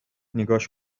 نگاش